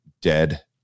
dead